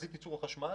בתחזית ייצור החשמל